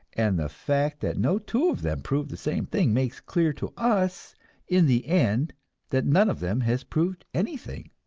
and the fact that no two of them prove the same thing makes clear to us in the end that none of them has proved anything.